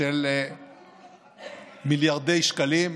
של מיליארדי שקלים.